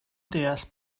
deall